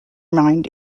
mined